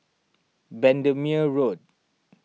Bendemeer Road